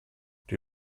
die